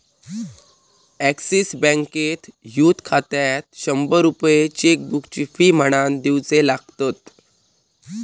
axis बँकेत youth खात्यात शंभर रुपये चेकबुकची फी म्हणान दिवचे लागतत